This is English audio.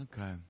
Okay